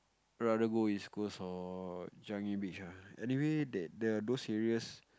rather go East Coast or Changi Beach ah anyway that the those areas